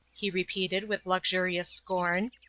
he repeated with luxurious scorn.